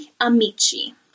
amici